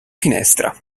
finestra